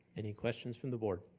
any questions from the board?